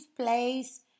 place